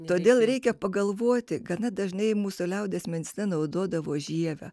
todėl reikia pagalvoti gana dažnai mūsų liaudies medicina naudodavo žievę